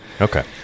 Okay